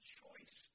choice